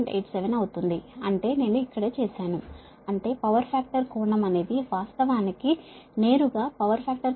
87 అవుతుంది అంటే నేను ఇక్కడే చేశాను అంటే పవర్ ఫాక్టర్ కోణం అనేది వాస్తవానికి నేరుగా పవర్ ఫాక్టర్ కోణం 36